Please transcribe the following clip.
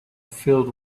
filled